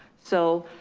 so,